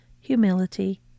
humility